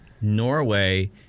Norway